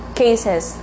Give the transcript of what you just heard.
cases